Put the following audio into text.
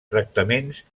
tractaments